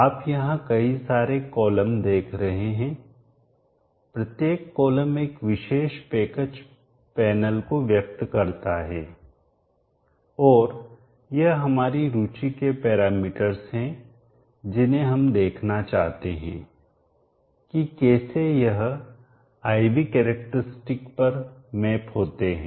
आप यहां कई सारे कॉलम देख रहे हैं प्रत्येक कॉलम एक विशेष पैकेज पैनल को व्यक्त करता है और यह हमारी रुचि के पैरामीटर्स हैं जिन्हें हम देखना चाहते हैं कि कैसे यह I V कैरेक्टरस्टिक पर मैप होते हैं